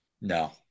No